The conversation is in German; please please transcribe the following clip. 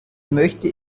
möchte